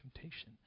temptation